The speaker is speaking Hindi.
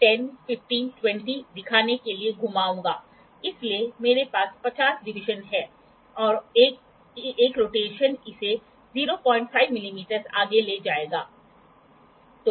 मान लीजिए यदि आपके पास इस तरह का स्केल है और फिर आपके पास एंगल के रूप में ऐसा कुछ है तो ठीक है तो हम जो कहने की कोशिश कर रहे हैं वह सपलीमेंट है और इसके संबंध में यह सपलीमेंट भी है ठीक है